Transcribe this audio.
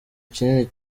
kinini